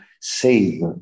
save